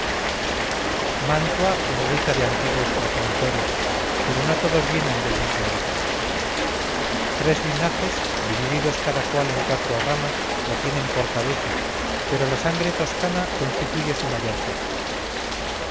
mantua es rica de antiguos progenitores pero no todos vienen del mismo origen tres linajes divididos cada cual en cuatro ramas la tienen por cabeza pero la sangre toscana constituye su mayor fuerza